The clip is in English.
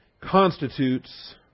constitutes